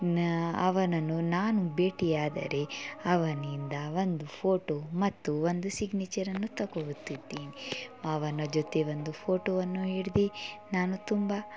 ನ ಅವನನ್ನು ನಾನು ಭೇಟಿಯಾದರೆ ಅವನಿಂದ ಒಂದು ಫೋಟೋ ಮತ್ತು ಒಂದು ಸಿಗ್ನೇಚರನ್ನು ತೊಗೊಳುತ್ತಿದ್ದೆ ಅವನ ಜೊತೆ ಒಂದು ಫೋಟೋವನ್ನು ಹಿಡ್ದು ನಾನು ತುಂಬ